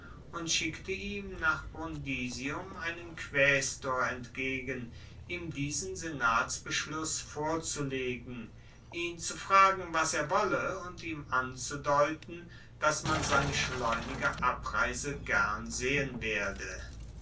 und schickte ihm nach brundisium einen quaestor entgegen ihm diesen senatsbeschluss vorzulegen ihn zu fragen was er wolle und ihm anzudeuten dass man seine schleunige abreise gern sehen werde